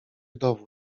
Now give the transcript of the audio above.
dowód